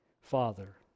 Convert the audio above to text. Father